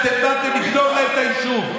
ואתם באתם לגנוב להם את היישוב.